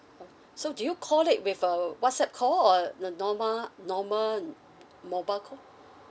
so do you call it with uh whatsapp call or the norma~ normal mobile call